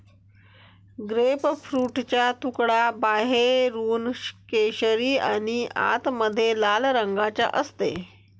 ग्रेपफ्रूटचा तुकडा बाहेरून केशरी आणि आतमध्ये लाल रंगाचा असते